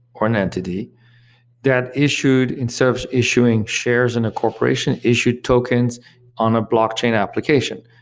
or an entity that issued in-service issuing shares in a corporation, issued tokens on a blockchain application.